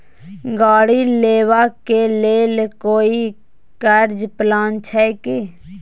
गाड़ी लेबा के लेल कोई कर्ज प्लान छै की?